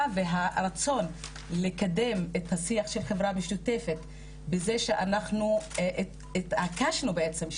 והרצון לקדם את השיח של חברה משותפת בזה שאנחנו התעקשנו בעצם,